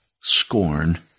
scorn